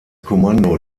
kommando